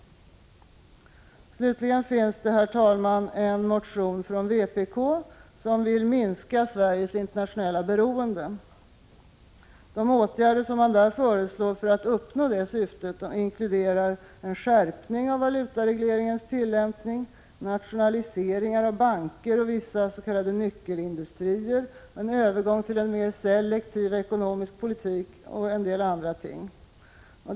Slutligen finns det, herr talman, en motion från vpk som vill minska Sveriges internationella beroende. De åtgärder som där föreslås för att uppnå detta syfte inkluderar skärpning av valutaregleringens tillämpning, nationaliseringar av banker och vissa s.k. nyckelindustrier, övergång till en mer selektiv ekonomisk politik, m.m.